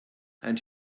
and